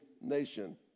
nation